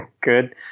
Good